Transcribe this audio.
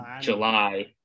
July